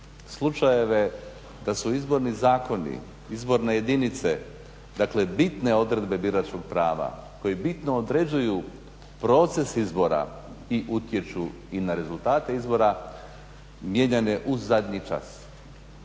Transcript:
slučajeve da su izborni zakoni, izborne jedinice, dakle bitne odredbe biračkog prava koji bitno određuju proces izbora i utječu i na rezultate izbora mijenjane u zadnji čas.